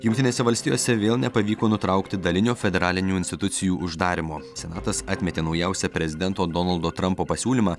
jungtinėse valstijose vėl nepavyko nutraukti dalinio federalinių institucijų uždarymo senatas atmetė naujausią prezidento donaldo trampo pasiūlymą